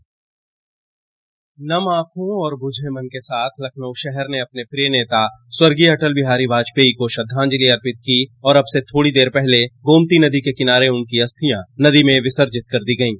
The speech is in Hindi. बाइट नम आंखों और बुझे मन के साथ लखनऊ शहर ने अपने प्रिय नेता स्वर्गीय अटल बिहारी वाजपेयी को श्रद्धांजलि अर्पित की और अब से थोड़ी देर पहले गोमती नदी के किनारे उनकी अस्थियां गोमती नदी में विसर्जित कर दी गईं